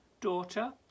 daughter